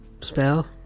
spell